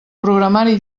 programari